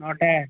নটায়